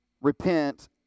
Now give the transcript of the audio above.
repent